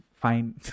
fine